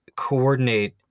coordinate